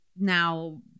now